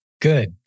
Good